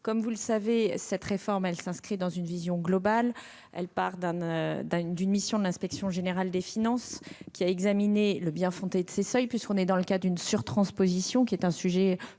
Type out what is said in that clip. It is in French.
Comme vous le savez, cette réforme s'inscrit dans une vision globale : elle part d'une mission de l'Inspection générale des finances, qui a examiné le bien-fondé de ces seuils, puisqu'il s'agit d'une sur-transposition, sujet